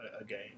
again